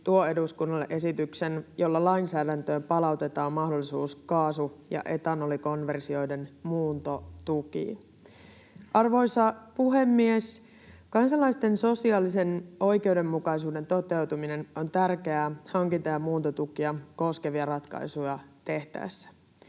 tuo eduskunnalle esityksen, jolla lainsäädäntöön palautetaan mahdollisuus kaasu- ja etanolikonversioiden muuntotukiin. Arvoisa puhemies! Kansalaisten sosiaalisen oikeudenmukaisuuden toteutuminen on tärkeää hankinta- ja muuntotukia koskevia ratkaisuja tehtäessä.